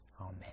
Amen